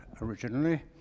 originally